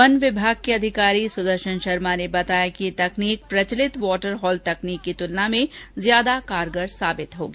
one विभाग के अधिकारी सुदर्शन शर्मा ने बताया कि ये तकनीक प्रचलित वाटर हॉल तकनीक की तुलना में ज्यादा कारगर साबित होगी